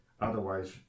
Otherwise